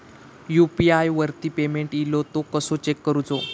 UPI वरती payment इलो तो कसो चेक करुचो?